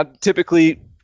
typically